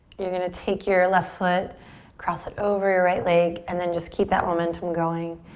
you're going take your left foot cross it over your right leg and then just keep that momentum going.